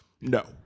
no